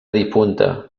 difunta